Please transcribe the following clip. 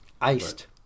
iced